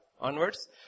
onwards